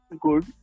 good